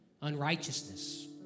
unrighteousness